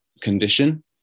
condition